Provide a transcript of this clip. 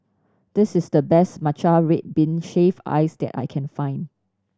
this is the best matcha red bean shaved ice that I can find